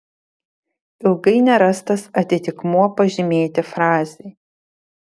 ilgai nerastas atitikmuo pažymėti frazei